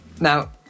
now